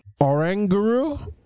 Oranguru